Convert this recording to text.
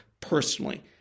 personally